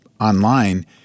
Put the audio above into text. online